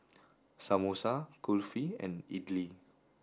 Samosa Kulfi and Idili